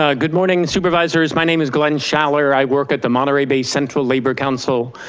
ah good morning supervisors, my name is glenn schaller, i work at the monterrey bay central labor council,